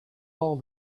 all